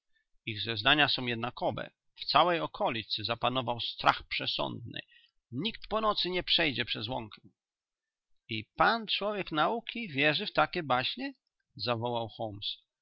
ich zeznania są jednakowe w całej okolicy zapanował strach przesądny nikt po nocy nie przejdzie przez łąkę i pan człowiek nauki wierzy w takie baśnie zawołał